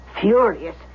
Furious